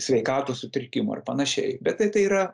sveikatos sutrikimų ar panašiai bet tai tai yra